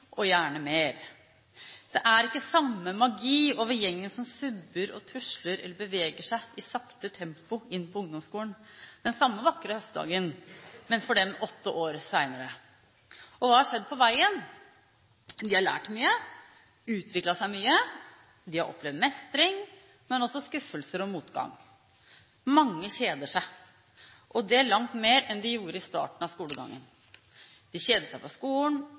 og gjerne mer. Det er ikke samme magi over gjengen som subber, tusler eller beveger seg i sakte tempo seg inn på ungdomsskolen, den samme vakre høstdagen, men for dem åtte år senere. Hva har skjedd på veien? De har lært mye, de har utviklet seg mye, de har opplevd mestring, men også skuffelser og motgang. Mange kjeder seg, og det langt mer enn de gjorde i starten av skolegangen. De kjeder seg på skolen,